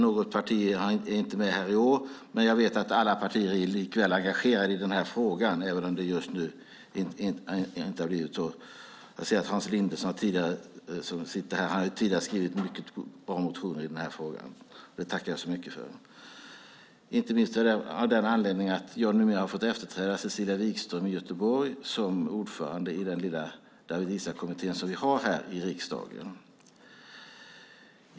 Något parti har inte motionerat i år, men jag vet att alla partier likväl är engagerade i denna fråga. Exempelvis Hans Linde som sitter här har tidigare skrivit mycket bra motioner i denna fråga. Detta tackar jag så mycket för, inte minst av den anledningen att jag numera har fått efterträda Cecilia Wigström i Göteborg som ordförande i den lilla Dawit Isaak-kommitté som vi har här i riksdagen.